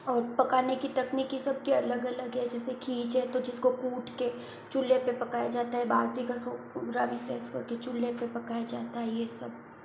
और पकाने की तकनीकी सबकी अलग अलग है जैसे खीच है तो जिसको कूट के चूल्हे पे पकाया जाता है भाजी का सूप से इसको चूल्हे पे पकाया जाता है ये सब